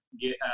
get